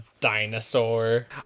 dinosaur